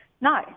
no